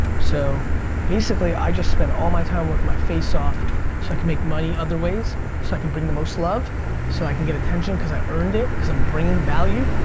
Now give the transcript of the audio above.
so basically i just spent all my time working my face off so i can make money other ways so i can bring the most love so i can get attention cause i earned it cause i'm bringing value,